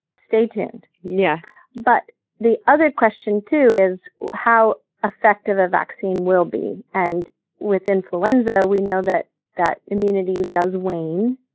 stay tuned. yeah but the other question too is how effective a vaccine will be, and with influenza we know that that immunity does wane.